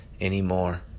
anymore